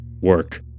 Work